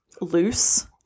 loose